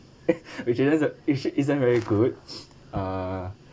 which isn't v~ which isn't very good uh